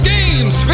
Games